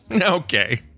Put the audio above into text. okay